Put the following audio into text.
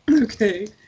Okay